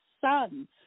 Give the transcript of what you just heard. son